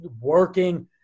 working